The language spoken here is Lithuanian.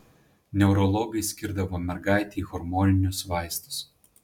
neurologai skirdavo mergaitei hormoninius vaistus